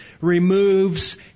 removes